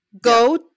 go